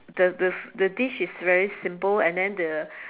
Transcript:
the the the dish is very simple and then the